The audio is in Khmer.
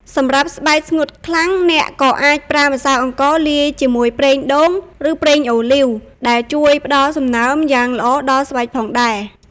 សម្រាប់ស្បែកស្ងួតខ្លាំង អ្នកក៏អាចប្រើម្សៅអង្ករលាយជាមួយប្រេងដូង ឬប្រេងអូលីវ ដែលជួយផ្ដល់សំណើមយ៉ាងល្អដល់ស្បែកផងដែរ។